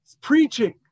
preaching